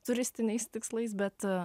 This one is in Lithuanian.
turistiniais tikslais bet